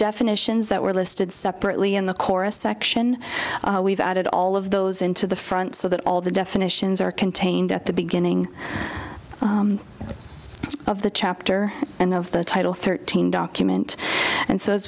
definitions that were listed separately in the chorus section we've added all of those into the front so that all the definitions are contained at the beginning of the chapter and of the title thirteen document and so